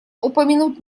упомянуть